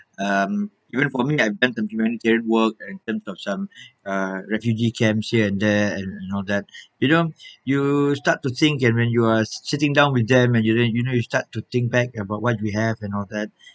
um you mean for me I've done some humanitarian work in terms of some uh refugee camps here and there and and all that you know you start to think and when you are sitting down with them and you know you know you start to think back about we have and all that